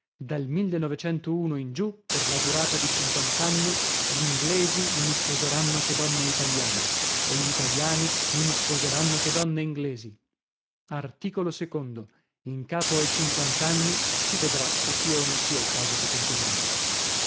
dal in giù per la durata di cinquantanni gl'inglesi non isposeranno che donne italiane e gl'italiani non isposeranno che donne inglesi articolo secondo in capo ai cinquantanni si vedrà se sia o non sia il caso di continuare